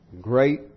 Great